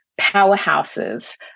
powerhouses